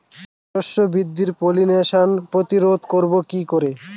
শস্য বৃদ্ধির পলিনেশান প্রতিরোধ করব কি করে?